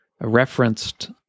referenced